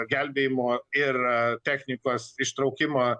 gelbėjimo ir technikos ištraukimą